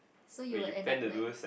so you will end up like